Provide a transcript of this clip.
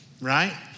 right